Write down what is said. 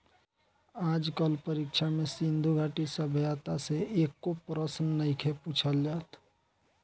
आज कल परीक्षा में सिन्धु घाटी सभ्यता से एको प्रशन नइखे पुछल जात